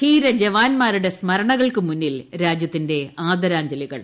ധീര ജവാന്മാരുടെ സ്മരണകൾക്ക് മുന്നിൽ രാജ്യത്തിന്റെ ആദരാഞ്ജലികൾ